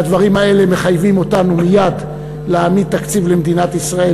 והדברים האלה מחייבים אותנו מייד להעמיד תקציב למדינת ישראל,